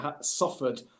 suffered